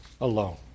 alone